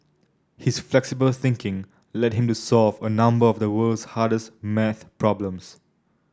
his flexible thinking led him to solve a number of the world's hardest maths problems